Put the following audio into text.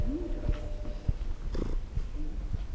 नीक राजा छलथि ओ